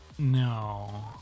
No